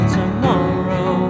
tomorrow